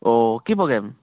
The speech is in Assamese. অ' কি প্ৰ'গেম